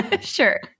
Sure